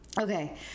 Okay